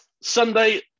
Sunday